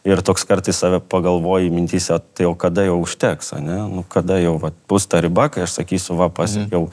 ir toks kartais save pagalvoji mintyse tai o kada jau užteks ane kada jau vat bus ta riba kai aš sakysiu va pasiekiau